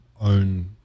own